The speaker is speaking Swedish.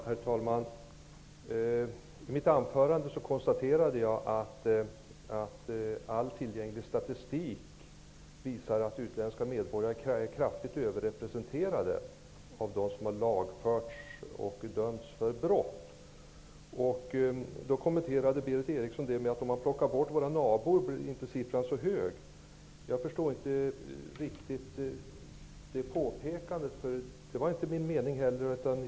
Herr talman! I mitt anförande konstaterade jag att all tillgänglig statistik visar att utländska medborgare är kraftigt överrepresenterade bland dem som har lagförts och dömts för brott. Berith Eriksson kommenterade det med att säga att siffran inte blir så hög om vi plockar bort våra nabor.